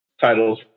titles